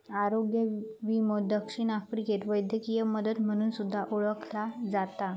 आरोग्य विमो दक्षिण आफ्रिकेत वैद्यकीय मदत म्हणून सुद्धा ओळखला जाता